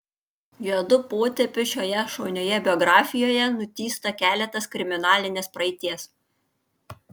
juodu potėpiu šioje šaunioje biografijoje nutįsta keletas kriminalinės praeities